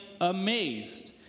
amazed